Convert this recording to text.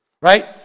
Right